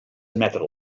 admetre